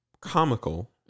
comical